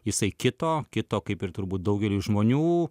jisai kito kito kaip ir turbūt daugeliui žmonių